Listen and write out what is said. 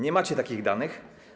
Nie macie takich danych.